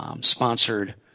sponsored